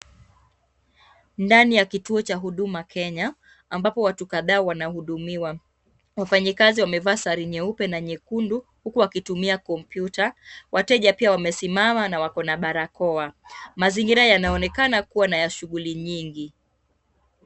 Ndani ya kituo cha Huduma Kenya ambapo watu kadhaa wanahudumiwa. Wafanyikazi wamevaa sare nyeupe na nyekundu huku wakitumia kompyuta, wateja pia wamesimama na wako na barakoa. Mazingira yanaonekana kuwa na ya shughuli nyingi.